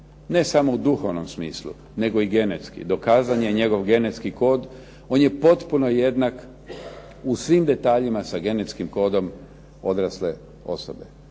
ne samo u duhovnom smislu nego i genetski. Dokazan je njegov genetski kod, on je potpuno jednak u svim detaljima sa genetskim kodom odrasle osobe.